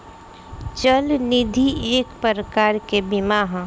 चल निधि एक प्रकार के बीमा ह